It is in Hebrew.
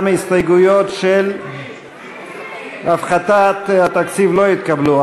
גם ההסתייגויות של הפחתת התקציב לא התקבלו.